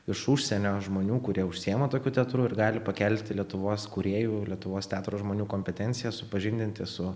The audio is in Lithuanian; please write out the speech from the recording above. iš užsienio žmonių kurie užsiima tokiu teatru ir gali pakelti lietuvos kūrėjų lietuvos teatro žmonių kompetenciją supažindinti su